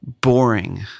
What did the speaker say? boring